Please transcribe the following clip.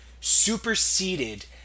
superseded